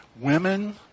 women